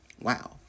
Wow